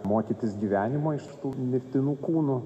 mokytis gyvenimo iš tų mirtinų kūnų